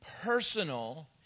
personal